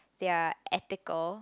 they are ethical